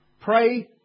Pray